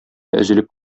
өзелеп